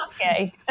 Okay